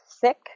Thick